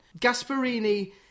Gasparini